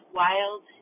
wild